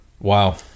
Wow